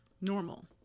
normal